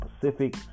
pacific